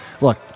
look